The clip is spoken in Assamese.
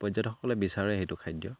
পৰ্যটসকলে বিচাৰে সেইটো খাদ্য